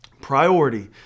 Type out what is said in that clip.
Priority